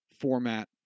format